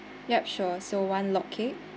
yup sure so one log cake